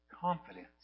confidence